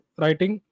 writing